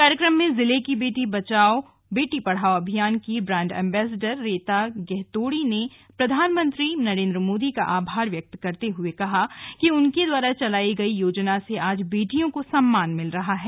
कार्यक्रम में जिले की बेटी बचाओ बेटी पढ़ाओ अभियान की ब्रांड एम्बेसडर रीता गहतोड़ी ने प्रधानमंत्री नरेंद्र मोदी का आभार व्यक्त करते हुए कहा कि उनके द्वारा चलाई गई योजना से आज बेटियों को सम्मान मिल रहा है